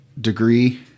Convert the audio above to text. degree